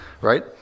right